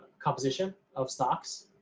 composition of stocks,